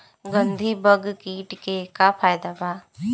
गंधी बग कीट के का फायदा बा?